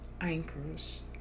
anchors